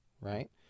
right